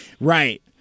Right